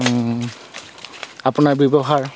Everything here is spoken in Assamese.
আপোনাৰ ব্যৱহাৰ